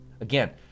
again